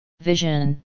Vision